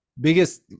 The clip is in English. biggest